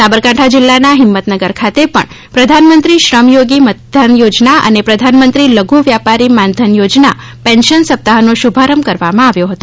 સાબરકાંઠા જિલ્લાના હિંમતનગર ખાતે પણ પ્રધાનમંત્રી શ્રમયોગી મતદાન યોજના અને પ્રધાનમંત્રી લધુ વ્યાપારી માનધન યોજના પેન્શન સપ્તાહનો શુભારંભ કરવામાં આવ્યો હતો